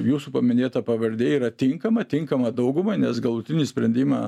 jūsų paminėta pavardė yra tinkama tinkama daugumai nes galutinį sprendimą